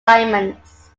diamonds